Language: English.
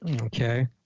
Okay